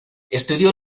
estudia